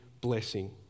blessing